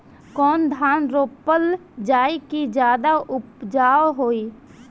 कौन धान रोपल जाई कि ज्यादा उपजाव होई?